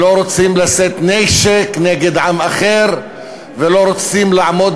לא רוצים לשאת נשק נגד עם אחר ולא רוצים לעמוד